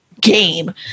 game